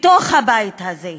בתוך הבית הזה,